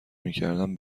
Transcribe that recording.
میکردم